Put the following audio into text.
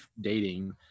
dating